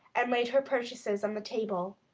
and laid her purchases on the table.